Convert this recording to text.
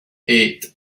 eight